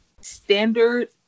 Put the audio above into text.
standard